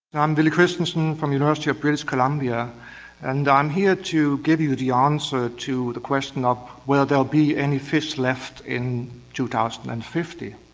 i'm villy christensen from the university of british columbia and i'm here to give you the answer to the question of will there be any fish left in two thousand and fifty?